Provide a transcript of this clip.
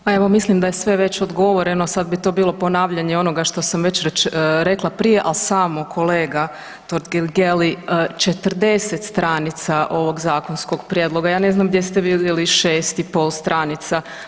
Pa evo mislim da je već sve odgovoreno sad bi to bilo ponavljalo onoga što sam već rekla prije, ali samo kolega Totgergeli 40 stranica ovog zakonskog prijedloga, ja ne znam gdje ste vidjeli 6,5 stranica.